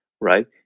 right